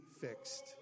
fixed